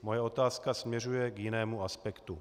Moje otázka směřuje k jinému aspektu.